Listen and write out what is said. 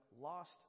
lost